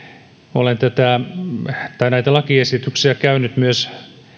olen näitä lakiesityksiä käynyt läpi myös